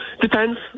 Depends